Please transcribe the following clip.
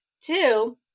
Two